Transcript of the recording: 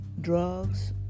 drugs